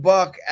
Buck